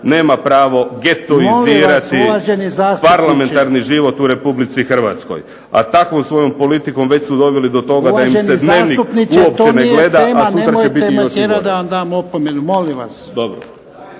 nema pravo getoizirati parlamentarni život u RH. A takvom svojom politikom već su doveli do toga da im se Dnevnik uopće ne gleda. **Jarnjak, Ivan